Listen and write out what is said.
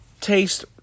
taste